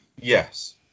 Yes